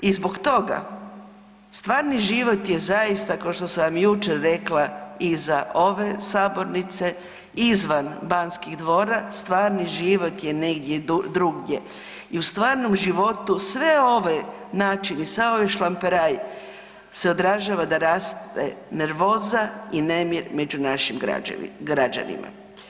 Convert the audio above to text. I zbog toga stvarni život je zaista kao što sam i jučer rekla iza ove sabornice, izvan Banskih dvora, stvarni život je negdje drugdje i u stvarnom životu sve ove načini, sav ovaj šlamperaj se odražava da raste nervoza i nemir među našim građanima.